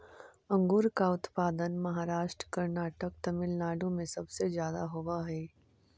अंगूर का उत्पादन महाराष्ट्र, कर्नाटक, तमिलनाडु में सबसे ज्यादा होवअ हई